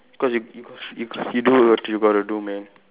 cause you you got you do what you got to do man